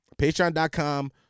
patreon.com